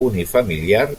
unifamiliar